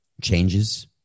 changes